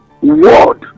word